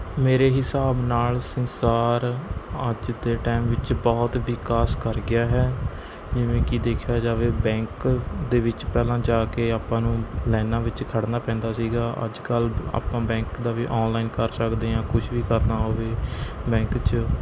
ਮੇਰੇ ਹਿਸਾਬ ਨਾਲ ਸੰਸਾਰ ਅੱਜ ਦੇ ਟਾਇਮ ਵਿੱਚ ਬਹੁਤ ਵਿਕਾਸ ਕਰ ਗਿਆ ਹੈ ਜਿਵੇਂ ਕਿ ਦੇਖਿਆ ਜਾਵੇ ਬੈਂਕ ਦੇ ਵਿੱਚ ਪਹਿਲਾਂ ਜਾ ਕੇ ਆਪਾਂ ਨੂੰ ਲਾਈਨਾਂ ਵਿੱਚ ਖੜ੍ਹਨਾ ਪੈਂਦਾ ਸੀਗਾ ਅੱਜ ਕੱਲ੍ਹ ਆਪਾਂ ਬੈਂਕ ਦਾ ਵੀ ਔਨਲਾਈਨ ਕਰ ਸਕਦੇ ਹਾਂ ਕੁਛ ਵੀ ਕਰਨਾ ਹੋਵੇ ਬੈਂਕ 'ਚ